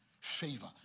favor